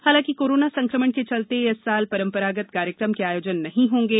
हालांकि कोरोना संकमण के चलते इस वर्ष परंपरागत कार्यक्रम के आयोजन नहीं होंगे